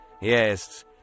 Yes